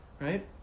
right